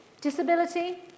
disability